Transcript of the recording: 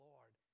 Lord